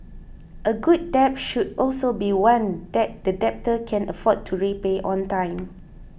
a good debt should also be one that the debtor can afford to repay on time